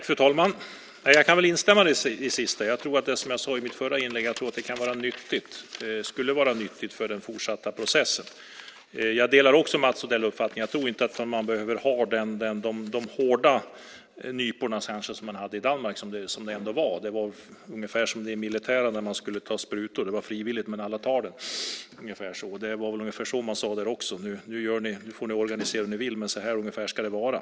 Fru talman! Jag kan instämma i det sista. Jag tror att det, som jag sade i mitt förra inlägg, skulle vara nyttigt för den fortsatta processen. Jag delar också Mats Odells uppfattning och tror inte att man behöver ha de hårda nypor som man hade i Danmark. Det var ungefär som i det militära när man skulle ta sprutor, nämligen att det var frivilligt men alla tog dem. Det var väl ungefär så man sade I Danmark: Nu får ni organisera hur ni vill men så här ungefär ska det vara.